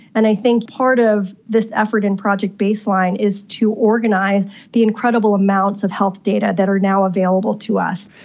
and i think part of this effort in project baseline is to organise the incredible amounts of health data that are now available to us.